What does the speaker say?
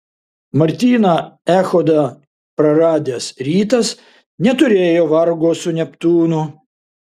martyną echodą praradęs rytas neturėjo vargo su neptūnu